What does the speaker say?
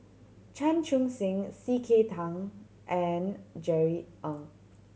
Chan Chun Sing C K Tang and Jerry Ng